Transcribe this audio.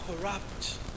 corrupt